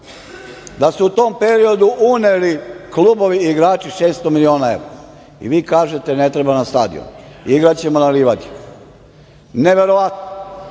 da se u tom periodu uneli klubovi i igrači 600 miliona evra, i vi kažete ne treba nam stadion, igraćemo na livadi. Neverovatno. Dakle,